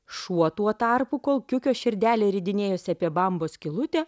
šuo tuo tarpu kol kiukio širdelė ridinėjosi apie bambos skylutę